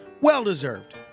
Well-deserved